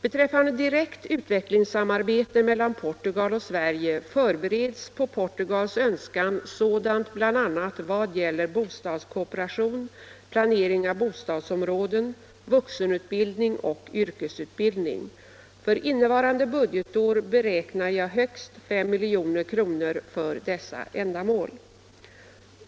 Beträffande direkt utvecklingssamarbete mellan Portugal och Sverige förbereds på Portugals önskan sådant bl.a. vad gäller bostadskooperation, planering av bostadsområden, vuxenutbildning och yrkesutbildning. För innevarande budgetår beräknar jag högst 5 milj.kr. för dessa ändamål.